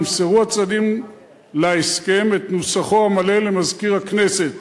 ימסרו הצדדים להסכם את נוסחו המלא למזכיר הכנסת